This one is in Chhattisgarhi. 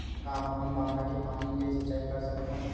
का हमन बांधा के पानी ले सिंचाई कर सकथन?